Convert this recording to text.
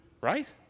Right